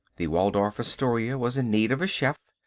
the waldorf astoria was in need of a chef.